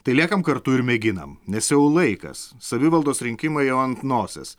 tai liekam kartu ir mėginam nes jau laikas savivaldos rinkimai jau ant nosies